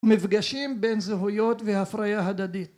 מפגשים בין זהויות והפריה הדדית